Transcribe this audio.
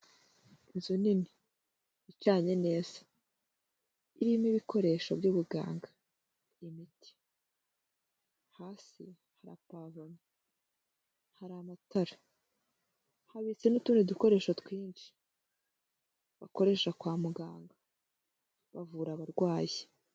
Inzu nini icanye neza, irimo ibikoresho by'ubuganga imiti, hasi hari amapave, hari amatara habitse n'utundi dukoresho twinshi, bakoresha kwa muganga bavura abarwayi.